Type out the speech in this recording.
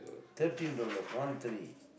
thirteen dollars one three